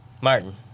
Martin